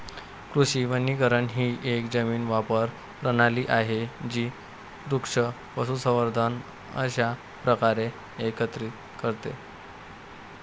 कृषी वनीकरण ही एक जमीन वापर प्रणाली आहे जी वृक्ष, पशुसंवर्धन अशा प्रकारे एकत्रित करते